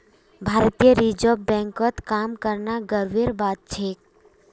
भारतीय रिजर्व बैंकत काम करना गर्वेर बात छेक